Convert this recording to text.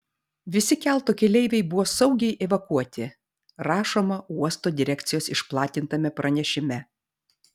visi kelto keleiviai buvo saugiai evakuoti rašoma uosto direkcijos išplatintame pranešime